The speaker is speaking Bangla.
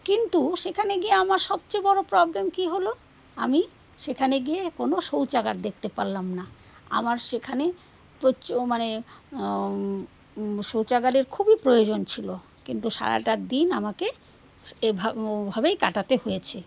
কিন্তু সেখানে গিয়ে আমার সবচেয়ে বড়ো প্রবলেম কী হলো আমি সেখানে গিয়ে কোনো শৌচাগার দেখতে পারলাম না আমার সেখানে প্রচ মানে শৌচাগারের খুবই প্রয়োজন ছিল কিন্তু সারাটার দিন আমাকে এভাবে ওভাবেই কাটাতে হয়েছে